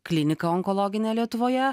kliniką onkologinę lietuvoje